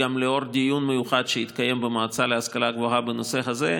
וגם לאור דיון מיוחד שהתקיים במועצה להשכלה גבוהה בנושא הזה,